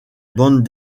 bandes